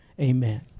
amen